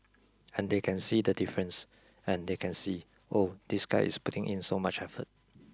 and they can see the difference and they can see oh this guy is putting in so much effort